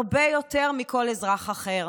הרבה יותר מכל אזרח אחר.